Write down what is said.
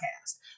cast